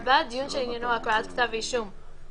(5) דיון בעניינו של עצור לפי סעיפים 21,